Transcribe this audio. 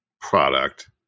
product